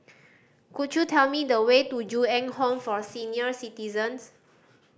could you tell me the way to Ju Eng Home for Senior Citizens